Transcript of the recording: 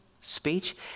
speech